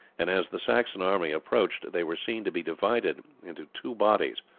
and as the saxon army approached they were seen to be divided into two bodies,